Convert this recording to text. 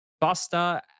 Buster